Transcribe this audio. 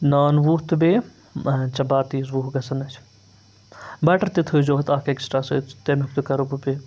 نان وُہ تہٕ بیٚیہِ چپاتیٖز وُہ گژھن اَسہِ بَٹَر تہِ تھٲیزیو اَتھ اَکھ اٮ۪کٕسٹرٛا سۭتۍ تَمیُک تہِ کَرو بہٕ پے